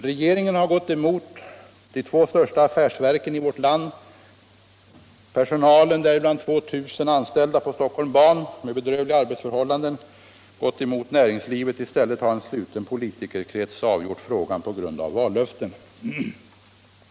Regeringen har gått emot de två största affärsverken i vårt land, gått emot deras personal — däribland 2 000 anställda på Stockholm Ban med bedrövliga arbetsförhållanden — och gått emot näringslivet. I stället har en sluten politikerkrets avgjort frågan på grund av vallöften.